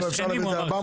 אפשר להעביר את זה ל-400.